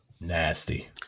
Nasty